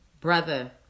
brother